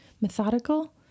methodical